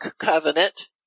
covenant